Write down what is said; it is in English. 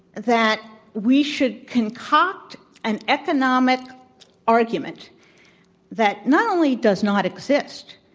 that we should concoct an economic argument that not only does not exist,